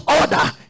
order